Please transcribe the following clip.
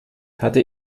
hatte